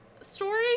story